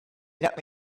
let